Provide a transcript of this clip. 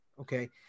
okay